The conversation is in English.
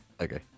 Okay